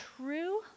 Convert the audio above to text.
true